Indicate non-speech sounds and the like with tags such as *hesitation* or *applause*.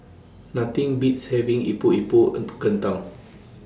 Nothing Beats having Epok Epok *hesitation* *noise* Kentang